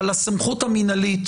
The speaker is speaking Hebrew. אבל הסמכות המינהלית